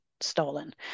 Stolen